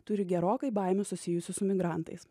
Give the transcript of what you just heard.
turi gerokai baimių susijusių su migrantais